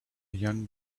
young